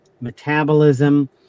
metabolism